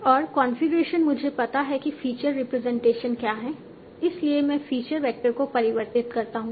और कॉन्फ़िगरेशन मुझे पता है कि फीचर रिप्रेजेंटेशन क्या है इसलिए मैं फीचर वेक्टर को परिवर्तित करता हूं